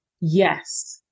Yes